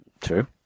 True